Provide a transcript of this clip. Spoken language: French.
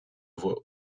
voit